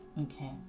Okay